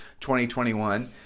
2021